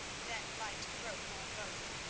then light broke on both.